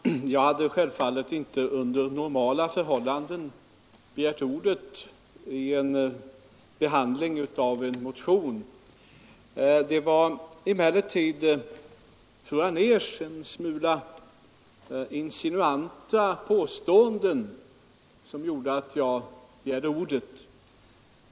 Herr talman! Jag hade självfallet inte under normala förhållanden begärt ordet vid behandlingen av en motion. Det var emellertid fru Anérs en smula insinuanta påståenden som gjorde att jag begärde ordet.